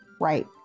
Right